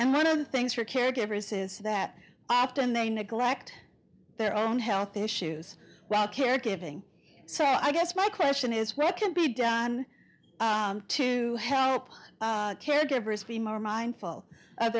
and one of the things for caregivers is that often they neglect their own health issues while caregiving sat i guess my question is what can be done to help caregivers be more mindful of